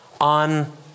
on